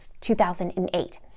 2008